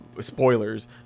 spoilers